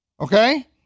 okay